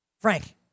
Frank